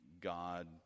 God